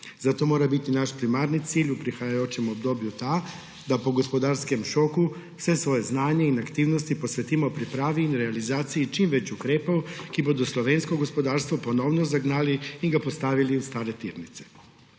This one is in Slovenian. Zato mora biti naš primarni cilj v prihajajočem obdobju ta, da po gospodarskem šoku vse svoje znanje in aktivnosti posvetimo pripravi in realizaciji čim več ukrepov, ki bodo slovensko gospodarstvo ponovno zagnali in ga postavili v stare tirnice.